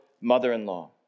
mother-in-law